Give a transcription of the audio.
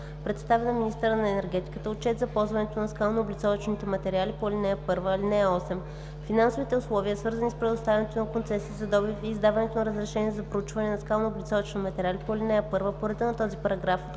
представя на министъра на енергетиката отчет за ползването на скалнооблицовъчните материали по ал. 1. (8) Финансовите условия, свързани с предоставянето на концесии за добив и издаването на разрешения за проучване на скалнооблицовъчни материали по ал. 1 по реда на този параграф от